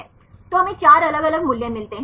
तो हमें 4 अलग अलग मूल्य मिलते हैं